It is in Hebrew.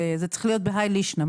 זה צריך להיות בהיי לישנא.